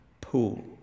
pool